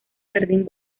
jardín